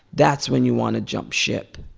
that's when you want to jump ship.